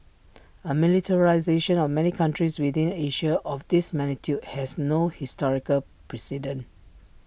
A militarisation of many countries within Asia of this magnitude has no historical precedent